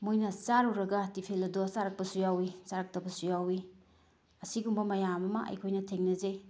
ꯃꯣꯏꯅ ꯆꯥꯔꯨꯔꯒ ꯇꯤꯐꯤꯜ ꯑꯗꯣ ꯆꯥꯔꯛꯄꯁꯨ ꯌꯥꯎꯏ ꯆꯥꯔꯛꯇꯕꯁꯨ ꯌꯥꯎꯏ ꯑꯁꯤꯒꯨꯝꯕ ꯃꯌꯥꯝ ꯑꯃ ꯑꯩꯈꯣꯏꯅ ꯊꯦꯡꯅꯖꯩ